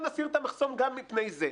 נסיר את המחסום גם מפני זה.